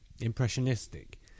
impressionistic